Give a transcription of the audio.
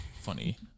Funny